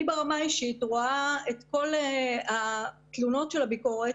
אני ברמה האישית רואה את כל התלונות של הביקורת